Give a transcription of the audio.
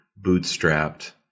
bootstrapped